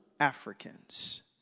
Africans